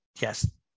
yes